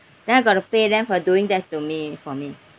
then I got to pay them for doing that to me for me